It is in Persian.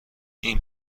این